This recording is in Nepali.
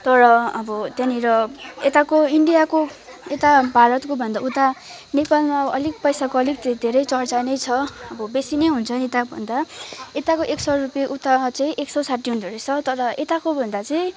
तर अब त्यहाँनिर यताको इन्डियाको यता भारतको भन्दा उता नेपालमा अलिक पैसाको अलिक धेरै चर्चा नै छ अब बेसी नै हुन्छ यताको भन्दा यताको एक सौ रुपियाँ उतामा चाहिँ एक सौ साठी हुँदारहेछ तर यताको भन्दा चाहिँ